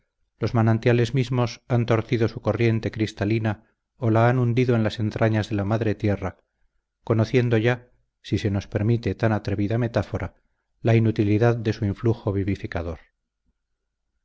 los manantiales mismos han torcido su corriente cristalina o la han hundido en las entrañas de la madre tierra conociendo ya si se nos permite tan atrevida metáfora la inutilidad de su influjo vivificador